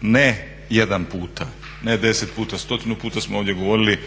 ne jedan puta, ne 10 puta, stotinu puta smo ovdje govorili